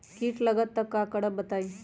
कीट लगत त क करब बताई?